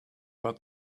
but